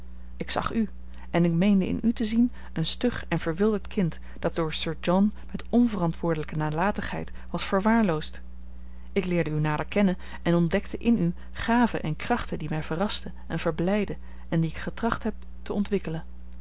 ik zag u en ik meende in u te zien een stug en verwilderd kind dat door sir john met onverantwoordelijke nalatigheid was verwaarloosd ik leerde u nader kennen en ontdekte in u gaven en krachten die mij verrasten en verblijdden en die ik getracht heb te ontwikkelen